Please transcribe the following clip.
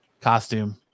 costume